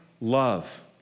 love